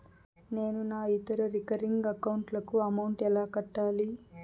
నేను నా ఇతర రికరింగ్ అకౌంట్ లకు అమౌంట్ ఎలా కట్టాలి?